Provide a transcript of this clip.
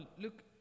look